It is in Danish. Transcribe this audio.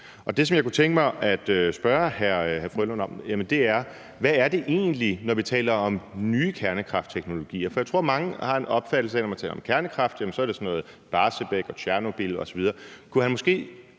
Steffen W. Frølund om, er: Hvad er det egentlig, når vi taler om nye kernekraftteknologier? For jeg tror, mange har en opfattelse af, at når man taler om kernekraft, er det sådan noget som Barsebäck og Tjernobyl osv.